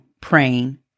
praying